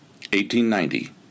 1890